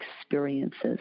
experiences